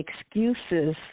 excuses